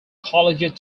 collegiate